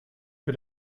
que